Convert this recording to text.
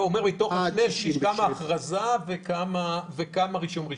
הוא אומר כמה הכרזה וכמה רישום ראשון.